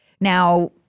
Now